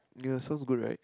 ya sounds good right